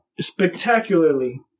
spectacularly